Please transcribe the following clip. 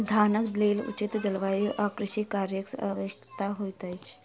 धानक लेल उचित जलवायु आ कृषि कार्यक आवश्यकता होइत अछि